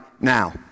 now